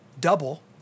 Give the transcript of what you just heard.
double